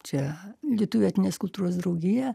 čia lietuvių etninės kultūros draugija